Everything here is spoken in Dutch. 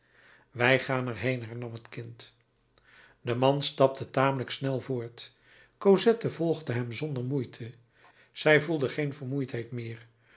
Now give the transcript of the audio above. wij gaan er heen hernam het kind de man stapte tamelijk snel voort cosette volgde hem zonder moeite zij voelde geen vermoeidheid meer